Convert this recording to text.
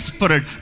Spirit